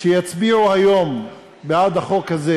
שיצביעו היום בעד החוק הזה